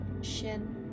shin